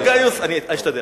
אני אשתדל.